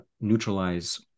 neutralize